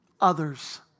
others